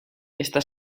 está